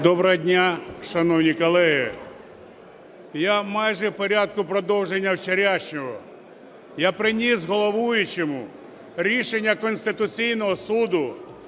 Доброго дня, шановні колеги! Я майже в порядку продовження вчорашнього. Я приніс головуючому рішення Конституційного Суду